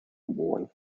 worn